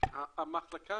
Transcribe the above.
המחלקה